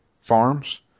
Farms